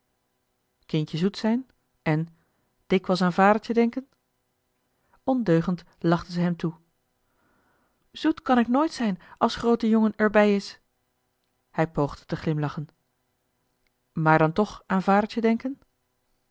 kindje zoet zijn en dikwijls aan vadertje denken ondeugend lachte zij hem toe zoet kan ik nooit zijn als groote jongen er bij is hij poogde te glimlachen maar dan toch aan vadertje denken